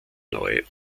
neue